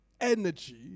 energy